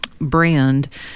brand